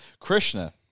Krishna